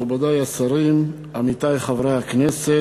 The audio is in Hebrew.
מכובדי השרים, עמיתי חברי הכנסת,